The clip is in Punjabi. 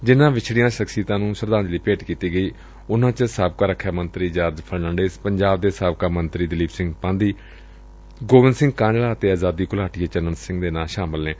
ਜਿਨ੍ਹਾਂ ਵਿਛਤੀਆਂ ਸ਼ਖਸੀਅਤਾਂ ਨੂੰ ਸ਼ਰਧਾਂਜਲੀ ਭੇਟ ਕੀਤੀ ਗਈ ਉਨ੍ਹਾਂ ਚ ਸਾਬਕਾ ਰਖਿਆ ਮੰਤਰੀ ਜਾਰਜ ਫਰਨਾਡੇਜ਼ ਪੰਜਾਬ ਦੇ ਸਾਬਕਾ ਮੰਤਰੀ ਦਲੀਪ ਸਿੰਘ ਪਾਂਧੀ ਗੋਬਿੰਦ ਸਿੰਘ ਕਾਂਝਲਾ ਅਤੇ ਆਜ਼ਾਦੀ ਘੁਲਟੀਏ ਚੰਨਣ ਸਿੰਘ ਦੇ ਨਾਂ ਸ਼ਾਮਲ ਸਨ